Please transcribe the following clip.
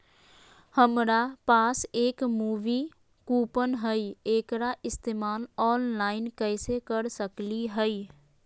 हमरा पास एक मूवी कूपन हई, एकरा इस्तेमाल ऑनलाइन कैसे कर सकली हई?